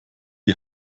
die